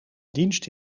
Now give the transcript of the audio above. dienst